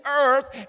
earth